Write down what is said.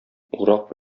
урак